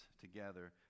together